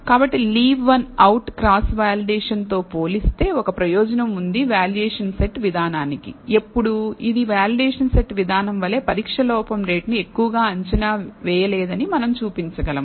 కాబట్టి leave one out cross validation తో పోలిస్తే ఒక ప్రయోజనం ఉంది వాల్యుయేషన్ సెట్ విధానానికి ఎప్పుడు ఇది వాలిడేషన్ సెట్ విధానం వలె పరీక్ష లోపం రేటును ఎక్కువగా అంచనా వేయలేదని మనం చూపించగలము